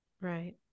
Right